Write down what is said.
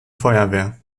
feuerwehr